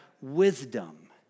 wisdom